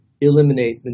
eliminate